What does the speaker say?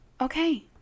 okay